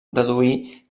deduir